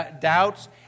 doubts